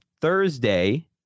thursday